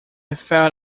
felt